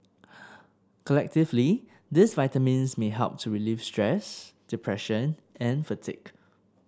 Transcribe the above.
collectively these vitamins may help to relieve stress depression and fatigue